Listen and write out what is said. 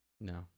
No